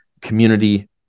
community